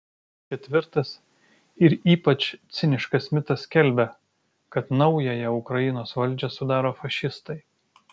ketvirtas ir ypač ciniškas mitas skelbia kad naująją ukrainos valdžią sudaro fašistai